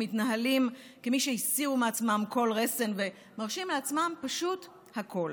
מתנהלים כמי שהסירו מעצמם כל רסן ומרשים לעצמם הכול.